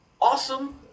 awesome